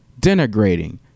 denigrating